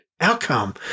outcome